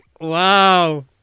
Wow